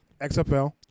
XFL